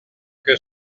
que